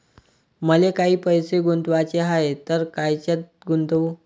मले काही पैसे गुंतवाचे हाय तर कायच्यात गुंतवू?